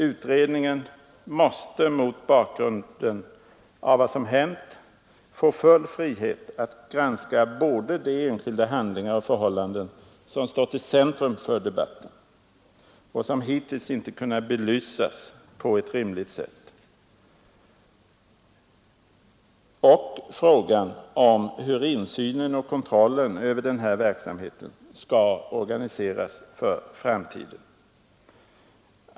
Utredningen måste mot bakgrund av vad som hänt få full frihet att granska både de enskilda handlingar och förhållanden, som stått i centrum för debatten och som hittills inte kunnat belysas på ett rimligt sätt, och frågan om hur insynen och kontrollen över den här verksamheten skall organiseras för framtiden.